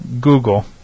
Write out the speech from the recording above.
Google